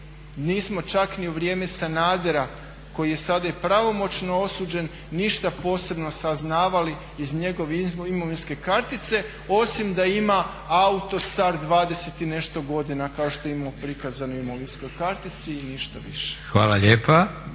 Nismo čak ni u vrijeme Sanadera koji je sada i pravomoćno osuđen ništa posebno saznavali iz njegove imovinske kartice osim da ima auto star 20 i nešto godina kao što je imao prikazano u imovinskoj kartici i ništa više. **Leko,